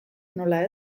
nola